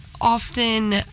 Often